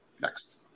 Next